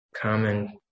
common